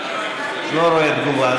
אני לא רואה תגובה.